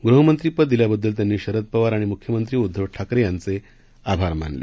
गृहमंत्रीपद दिल्या बद्दल त्यांनी शरद पवार आणि मुख्यमंत्री उद्घव ठाकरे यांचे आभार मानले